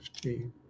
15